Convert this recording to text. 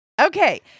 Okay